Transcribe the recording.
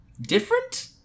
different